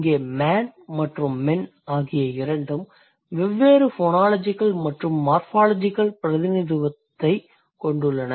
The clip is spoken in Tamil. இங்கு man மற்றும் men ஆகிய இரண்டும் வெவ்வேறு ஃபோனாலஜிகல் மற்றும் மார்ஃபாலஜிகல் பிரதிநிதித்துவத்தைக் கொண்டுள்ளன